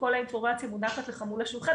כל האינפורמציה מונחת לך מול השולחן.